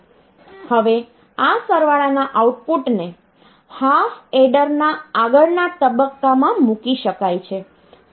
હવે આ સરવાળા ના આઉટપુટને હાફ એડરના આગળના તબક્કામાં મૂકી શકાય છે